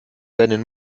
deinen